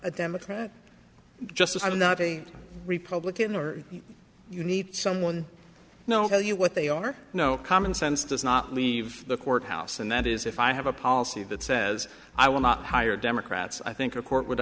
a democrat just i'm not a republican or you need someone no tell you what they are no common sense does not leave the court house and that is if i have a policy that says i will not hire democrats i think a court would